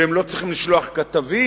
והם לא צריכים לשלוח כתבים,